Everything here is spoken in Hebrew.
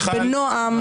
שנבין רגע,